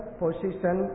position